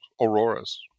Auroras